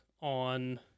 on